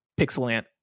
pixelant